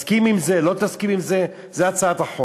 תסכים עם זה, לא תסכים עם זה, זו הצעת החוק.